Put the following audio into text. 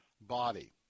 body